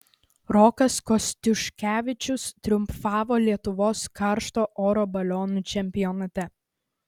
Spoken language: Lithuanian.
rokas kostiuškevičius triumfavo lietuvos karšto oro balionų čempionate